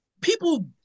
people